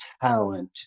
talent